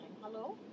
Hello